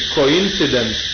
coincidence